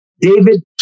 David